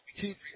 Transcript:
keep